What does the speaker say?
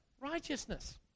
righteousness